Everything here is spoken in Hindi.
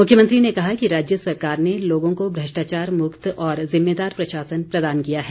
मुख्यमंत्री ने कहा कि राज्य सरकार ने लोगों को भ्रष्टाचार मुक्त और जिम्मेदार प्रशासन प्रदान किया है